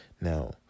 Now